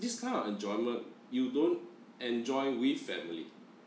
this kind of enjoyment you don't enjoy with family